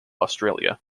australia